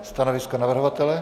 Stanovisko navrhovatele?